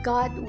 God